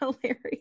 hilarious